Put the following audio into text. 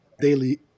daily